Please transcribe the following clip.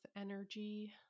energy